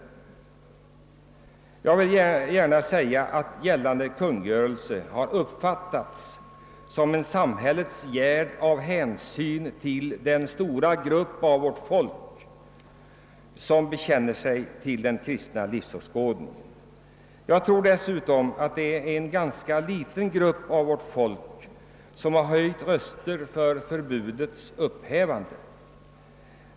Jag vill gärna säga att gällande kungörelse har uppfattats som en samhällets gärd av hänsyn till den stora grupp inom vårt folk som bekänner sig till den kristna livsåskådningen. Jag tror dessutom att det är en ganska liten grupp som höjt röster för förbudets upphävande.